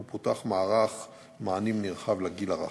ופותח מערך מענים נרחב לגיל הרך.